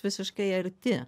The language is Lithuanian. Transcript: visiškai arti